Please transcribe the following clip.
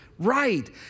Right